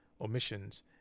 omissions